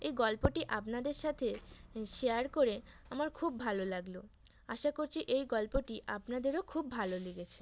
এই গল্পটি আপনাদের সাথে শেয়ার করে আমার খুব ভালো লাগল আশা করছি এই গল্পটি আপনাদেরও খুব ভালো লেগেছে